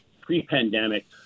pre-pandemic